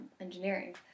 engineering